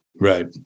Right